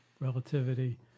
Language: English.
relativity